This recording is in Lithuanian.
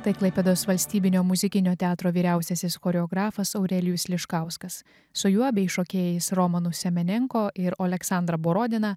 tai klaipėdos valstybinio muzikinio teatro vyriausiasis choreografas aurelijus liškauskas su juo bei šokėjais romanu semenenko ir oleksandra borodina